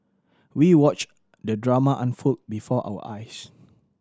we watched the drama unfold before our eyes